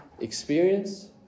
experience